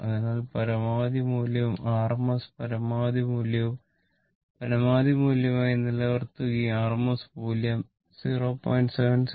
അതിനാൽ പരമാവധി മൂല്യവും RMS പരമാവധി മൂല്യവും പരമാവധി മൂല്യമായി നിലനിർത്തുകയും RMS മൂല്യം 0